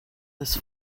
this